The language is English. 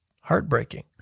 heartbreaking